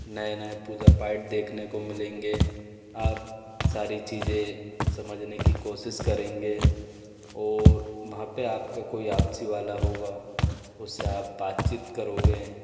नए नए पूजा पाठ देखने को मिलेंगे आप सारी चीज़ें समझने की कोशिश करेंगे और वहाँ पर आप का कोई आपसी वाला होगा उस से आप बातचित करोगे